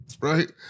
Right